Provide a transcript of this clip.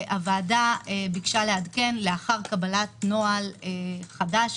והועדה ביקשה לעדכן לאחר קבלת נוהל חדש